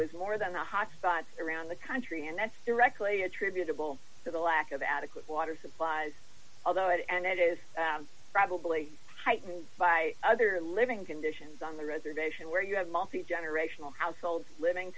was more than the hot spots around the country and that's directly attributable to the lack of adequate water supplies although it and it is probably heightened by other living conditions on the reservation where you have multigenerational households living